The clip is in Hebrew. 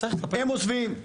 הם עוזבים.